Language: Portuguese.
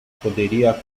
poderia